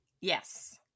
yes